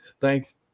Thanks